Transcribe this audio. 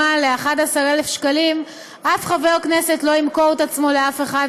רשימת המועמדים הן רכיב משמעותי בקיומן של מפלגות